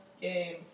game